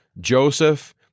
Joseph